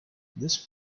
this